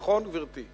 נכון, גברתי?